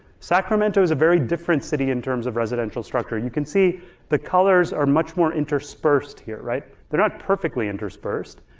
sacramento is a very different city in terms of residential structure. you can see the colors are much more interspersed here, right? they're not perfectly interspersed,